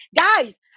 guys